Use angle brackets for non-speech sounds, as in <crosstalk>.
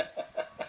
<laughs>